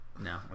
No